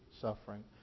suffering